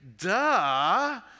duh